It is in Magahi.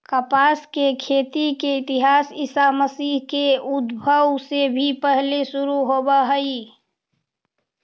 कपास के खेती के इतिहास ईसा मसीह के उद्भव से भी पहिले शुरू होवऽ हई